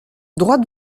droit